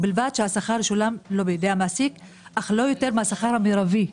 ובלבד שהשכר ישולם לו בידי המעסיק אך לא יותר מהשכר המרבי.